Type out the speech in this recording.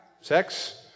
Sex